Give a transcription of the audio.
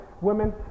women